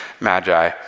Magi